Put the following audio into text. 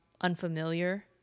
unfamiliar